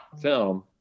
film